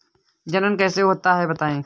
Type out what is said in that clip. जनन कैसे होता है बताएँ?